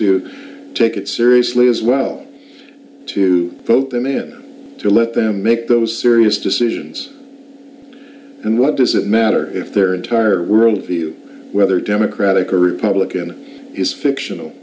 to take it seriously as well to vote them in to let them make those serious decisions and what does it matter if their entire worldview whether democratic or republican is fictional